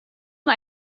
und